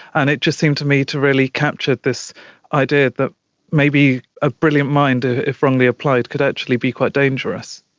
and it just seemed to me to really capture this idea that maybe a brilliant mind, ah if wrongly applied, could actually be quite dangerous.